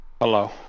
Hello